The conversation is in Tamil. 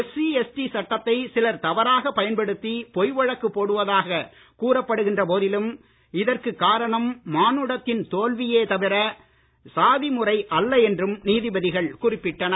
எஸ்சி எஸ்டி சட்டத்தை சிலர் தவறாகப் பயன்படுத்தி பொய் வழக்கு போடுவதாக கூறப்படுகின்ற போதிலும் இதற்கு காரணம் மானுடத்தின் தோல்வியே தவிர சாதி முறை அல்ல என்றும் நீதிபதிகள் குறிப்பிட்டனர்